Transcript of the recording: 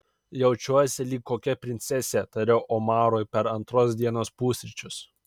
jaučiuosi lyg kokia princesė tariau omarui per antros dienos pusryčius